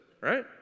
right